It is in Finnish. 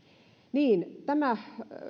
niin tämä